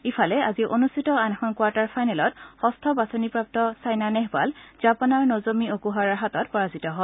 ইফালে আজি অনুষ্ঠিত আন এখন কোৱাৰ্টাৰ ফাইনেলত যঠ বাছনিপ্ৰাপ্ত ছাইনা নেহৱাল জাপানৰ ন'জমি অকুহাৰাৰ হাতত পৰাজিত হয়